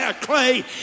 clay